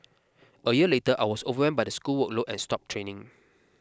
a year later I was overwhelmed by the school workload and stopped training